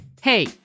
Hey